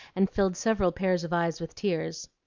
and filled several pairs of eyes with tears.